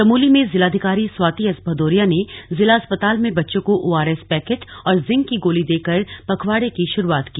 चमोली में जिलाधिकारी स्वाति एस भदौरिया ने जिला अस्पताल में बच्चों को ओआरएस पैकेट और जिंक की गोली देकर पखवाड़े की शुरुआत की